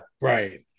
Right